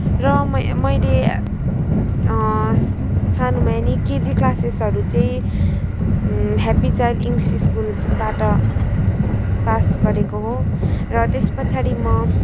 र म मैले सानोमा केजी क्लासेसहरू चाहिँ हेप्पी चाइल्ड इङ्ग्लिस स्कुलबाट पास गरेको हो र त्यस पछाडि म